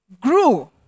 grew